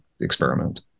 experiment